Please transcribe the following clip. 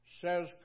says